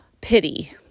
pity